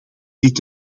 dit